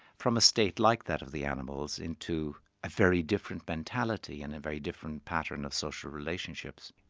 from a state like that of the animals into a very different mentality and a very different pattern of social relationships.